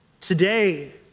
Today